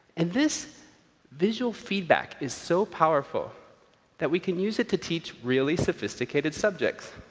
and this visual feedback is so powerful that we can use it to teach really sophisticated subjects.